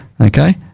Okay